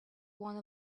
one